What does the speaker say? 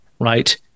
right